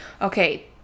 okay